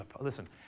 Listen